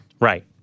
Right